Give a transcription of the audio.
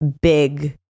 big